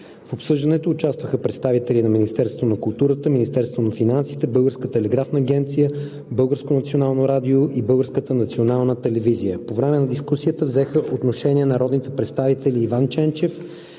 В обсъждането участваха представители на Министерството на културата, Министерството на финансите, Българската телеграфна агенция, Българското национално радио и Българската национална телевизия. По време на дискусията взеха отношение народните представители Иван Ченчев,